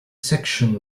section